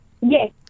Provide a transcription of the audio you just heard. Yes